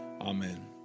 Amen